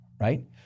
right